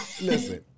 Listen